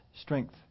strength